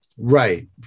Right